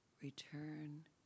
return